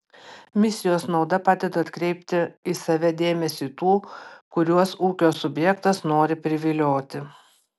misijos nauda padeda atkreipti į save dėmesį tų kuriuos ūkio subjektas nori privilioti